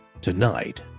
Tonight